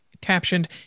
captioned